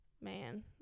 man